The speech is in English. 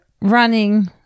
running